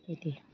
इदि